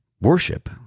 worship